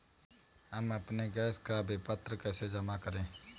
हम अपने गैस का विपत्र कैसे जमा करें?